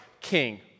king